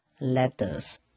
letters